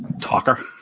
talker